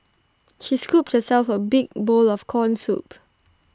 she scooped herself A big bowl of Corn Soup